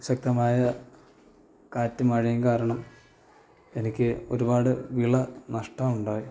ശക്തമായ കാറ്റും മഴയും കാരണം എനിക്ക് ഒരുപാട് വിള നഷ്ടം ഉണ്ടായി